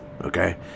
okay